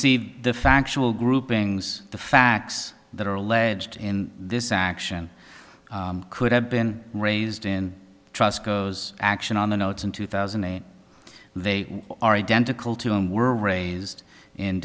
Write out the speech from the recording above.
receive the factual groupings the facts that are alleged in this action could have been raised in trust goes action on the notes in two thousand and eight they are identical to him were raised in